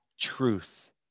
truth